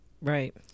Right